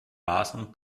vasen